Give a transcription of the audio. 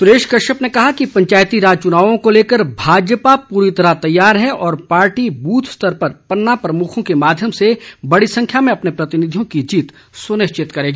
सुरेश कश्यप ने कहा कि पंचायती राज चुनाव को लेकर भाजपा पूरी तरह तैयार है और पार्टी बूथ स्तर पर पन्ना प्रमुखों के माध्यम से बड़ी संख्या में अपने प्रतिनिधियों की जीत सुनिश्चित करेगी